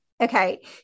Okay